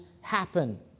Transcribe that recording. happen